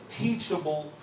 teachable